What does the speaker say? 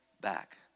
back